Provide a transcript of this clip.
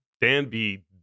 Danby